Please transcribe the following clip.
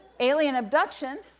alien abduction,